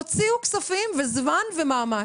הוציאו כספים וזמן ומאמץ,